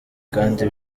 kandi